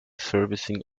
servicing